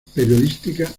fue